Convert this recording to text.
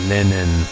Linen